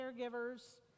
caregivers